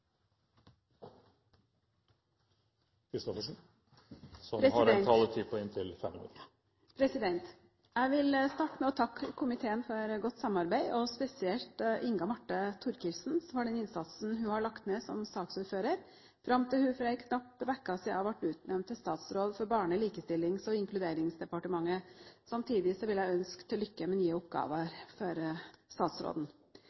Jeg vil starte med å takke komiteen for godt samarbeid, og spesielt Inga Marte Thorkildsen for den innsatsen hun har lagt ned som saksordfører fram til hun for en knapp uke siden ble utnevnt til statsråd for Barne-, likestillings- og inkluderingsdepartementet. Samtidig vil jeg ønske til lykke med nye